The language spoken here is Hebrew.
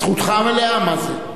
זכותך המלאה, מה זה.